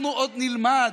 אנחנו עוד נלמד